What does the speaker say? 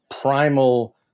primal